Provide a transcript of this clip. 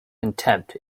contempt